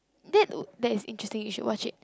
that that is interesting you should watch it